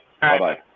Bye-bye